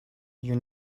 you